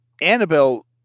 Annabelle